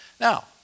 Now